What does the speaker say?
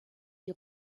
die